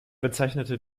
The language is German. bezeichnete